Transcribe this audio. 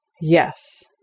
Yes